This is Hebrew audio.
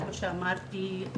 כמו שאמרתי,